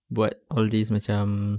buat all this macam